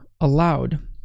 allowed